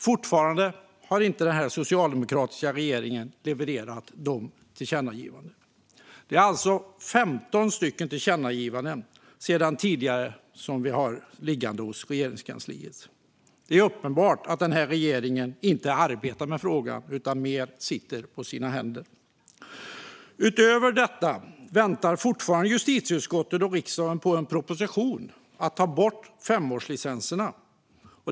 Fortfarande har den socialdemokratiska regeringen inte levererat utifrån dem. Det ligger alltså 15 tillkännagivanden hos Regeringskansliet sedan tidigare. Det är uppenbart att den här regeringen inte arbetar med frågan utan i stället sitter på sina händer. Utöver detta väntar justitieutskottet och riksdagen fortfarande på en proposition om att ta bort femårslicenserna.